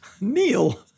Neil